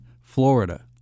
Florida